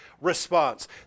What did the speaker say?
response